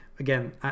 Again